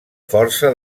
força